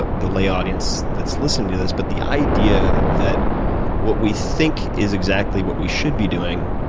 but the lay audience that's listening to this but the idea that what we think is exactly what we should be doing,